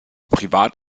privat